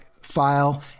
file